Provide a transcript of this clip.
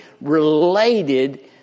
related